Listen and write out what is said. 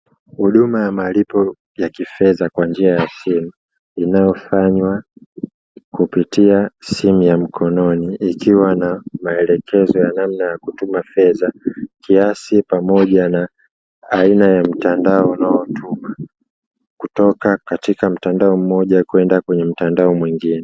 Huduma ya malipo ya kifedha kwa njia ya simu inayofanywa kupitia simu ya mkononi, ikiwa na maelekezo ya namna ya kutuma fedha, kiasi pamoja na aina ya mtandao unaotuma; kutoka katika mtandao mmoja kwenda kwenye mtandao mwingine.